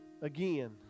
again